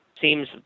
seems